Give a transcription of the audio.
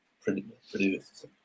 produce